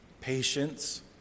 patience